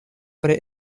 pri